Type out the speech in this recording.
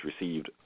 received